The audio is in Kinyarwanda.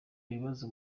ikibazo